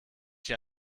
hier